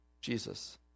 Jesus